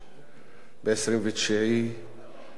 ב-29 באוקטובר.